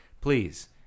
Please